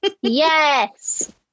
Yes